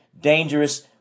dangerous